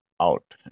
out